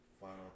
Final